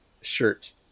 shirt